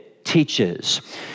teaches